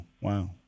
wow